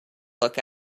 look